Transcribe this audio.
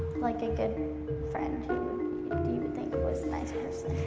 like a good friend who you would think but was a nice person.